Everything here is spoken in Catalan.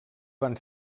van